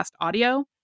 audio